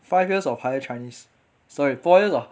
five years of higher chinese sorry four years of